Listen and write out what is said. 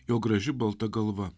jo graži balta galva